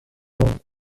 world